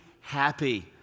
happy